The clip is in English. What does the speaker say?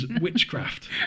witchcraft